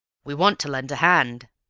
we want to lend a hand,